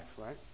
right